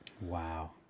Wow